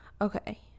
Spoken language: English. Okay